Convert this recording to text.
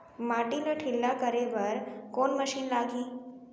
माटी ला ढिल्ला करे बर कोन मशीन लागही?